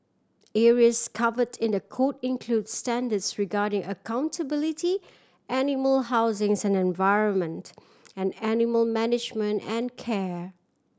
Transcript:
areas covered in the code include standards regarding accountability animal housings and environment and animal management and care